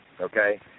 okay